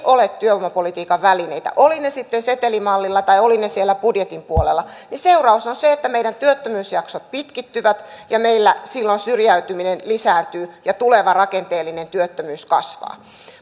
ole työvoimapolitiikan välineitä olivat ne sitten setelimallilla tai olivat ne siellä budjetin puolella niin seuraus on se että meidän työttömyysjaksot pitkittyvät ja meillä silloin syrjäytyminen lisääntyy ja tuleva rakenteellinen työttömyys kasvaa